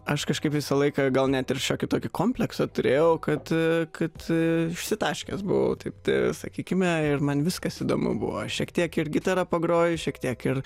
aš kažkaip visą laiką gal net ir šiokį tokį kompleksą turėjau kad kad išsitaškęs buvau taip tai sakykime ir man viskas įdomu buvo šiek tiek ir gitara pagroju šiek tiek ir